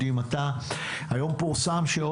היום פורסם על